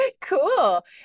Cool